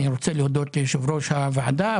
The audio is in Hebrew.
אני רוצה להודות ליו"ר הוועדה,